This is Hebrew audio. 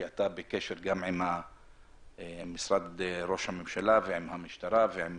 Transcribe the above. כי אתה בקשר עם משרד ראש הממשלה ועם המשטרה ועם